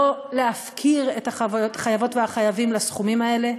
לא להפקיר את החייבות והחייבים לסכומים האלה.